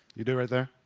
you do right there?